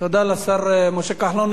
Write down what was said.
תודה לשר משה כחלון.